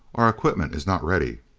our equipment is not ready.